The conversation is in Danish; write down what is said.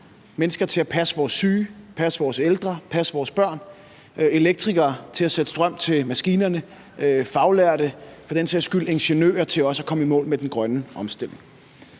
mennesker til at passe vores syge, passe vores ældre og passe vores børn, elektrikere til at sætte strøm til maskinerne, faglærte og for den sags skyld ingeniører – til at komme i mål med den grønne omstilling.